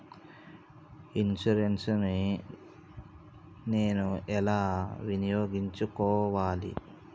Insurance ని నేను ఎలా వినియోగించుకోవాలి?